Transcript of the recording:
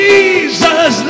Jesus